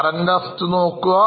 current assets നോക്കുക